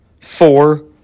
Four